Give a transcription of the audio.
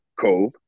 cove